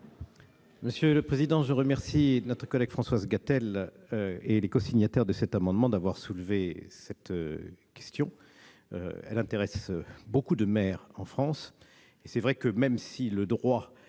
commission ? Je remercie notre collègue Françoise Gatel et les cosignataires de cet amendement d'avoir soulevé cette question. Elle intéresse beaucoup de maires en France.